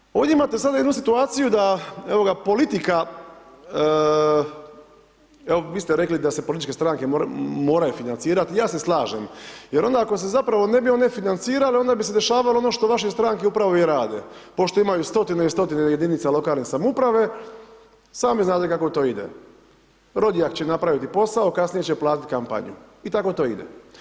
E sada, ovdje imate sada jednu situaciju da, evo ga, politika, vi ste rekli da se političke stranke moraju financirat, ja se slažem, jer onda ako se zapravo one ne bi financirale onda bi se dešavalo ono što vaše stranke upravo i rade, pošto imaju stotine i stotine jedinica lokalne samouprave, sami znate kako to ide, rodijak će napraviti posao, kasnije će platiti kampanju i tako to ide.